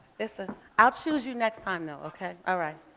listen, i'll choose you next time, though, okay? all right.